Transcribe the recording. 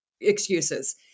excuses